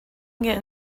get